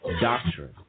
doctrine